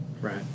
Right